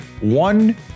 one